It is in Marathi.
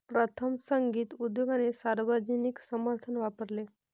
प्रथम, संगीत उद्योगाने सार्वजनिक समर्थन वापरले